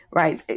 right